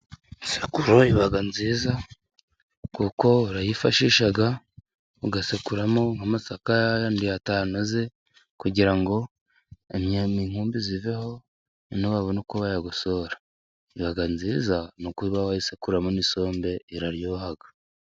Isekuro iba nziza, kuko bayifashisha bagasekuriramo nk'amasaka yayandi atameze, kugira ngo inkumbi ziveho, noneho babone uko bayagosora, iba nziza ni uko biba bayisekuriramo isombe, iraryoha.